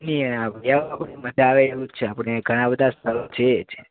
મજા આવે એવું જ છે આપણે ઘણાં બધાં સ્થળો છે જ